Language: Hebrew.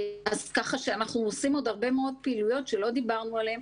אנחנו עושים עוד הרבה מאוד פעילויות שלא דיברנו עליהן,